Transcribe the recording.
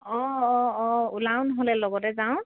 অঁ অঁ অঁ ওলাওঁ নহ'লে লগতে যাওঁ